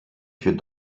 für